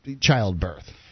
childbirth